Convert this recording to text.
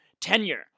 tenure